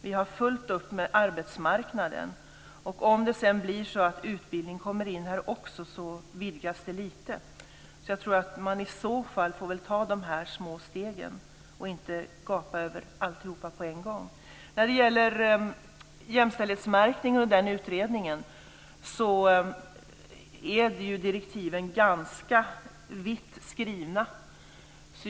Vi har fullt upp med arbetsmarknaden, och om det sedan blir så att utbildningen kommer in här också så vidgas det hela lite. Jag tror alltså att man får ta de här små stegen, och inte gapa över alltihop på en gång. När det gäller jämställdhetsmärkningen och utredningen om den så är direktiven ganska vitt skrivna.